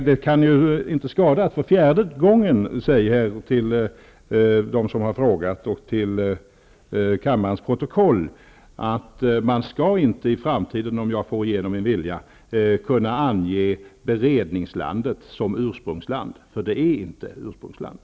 Det kan emellertid inte skada att för fjärde gången säga till dem som har frågat och till kammarens protokoll att det, om jag får igenom min vilja, i framtiden inte skall vara möjligt att ange beredningslandet som ursprungsland. Beredningslandet är nämligen inte detsamma som ursprungslandet.